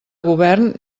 govern